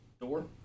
Door